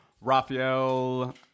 Rafael